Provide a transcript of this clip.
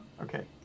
Okay